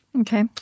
Okay